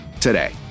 today